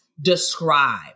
describe